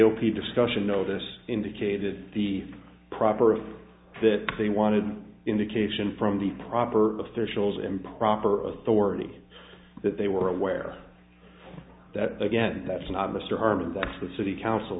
p discussion notice indicated the proper of that they wanted an indication from the proper officials in proper authority that they were aware that again that's not mr herman that's the city council